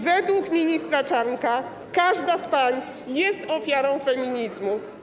Według ministra Czarnka każda z pań jest ofiarą feminizmu.